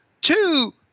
two